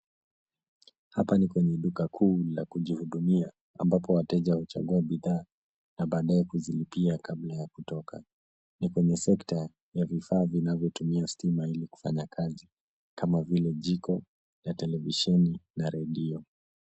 Hapa ni kwenye duka kuu la kujihudumia ambapo wateja huchagua bidhaa na baadae kuzilipia kabla ya kutoka. Ni kwenye sekta ya vifaa vinavyotumia stima ili kufanya kazi kama vile jiko na televisheni na redio.